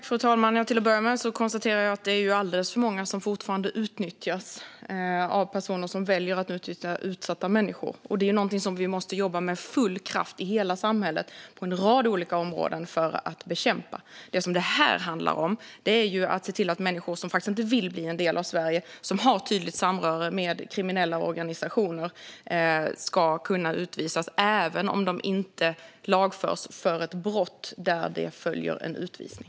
Fru talman! Till att börja med konstaterar jag att det är alldeles för många som fortfarande utnyttjas av personer som väljer att utnyttja utsatta människor. Vi måste jobba med full kraft i hela samhället på en rad olika områden för att bekämpa det. Det som det handlar om här är att se till att människor som inte vill bli en del av Sverige och har tydligt samröre med kriminella organisationer ska kunna utvisas även om de inte lagförs för ett brott där det följer en utvisning.